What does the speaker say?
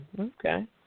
okay